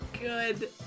Good